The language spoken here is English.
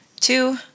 Two